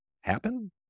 happen